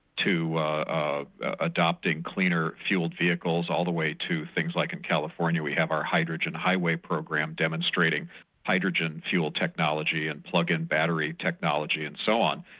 to ah adopting cleaner fuelled vehicles, all the way to things like in california we have our hydrogen highway program, demonstrating hydrogen fuel technology and plug-in battery technology and so on,